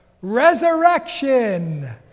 resurrection